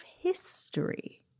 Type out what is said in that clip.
history